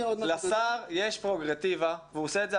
לשר יש פררוגטיבה והוא עושה את זה,